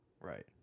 Right